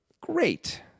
Great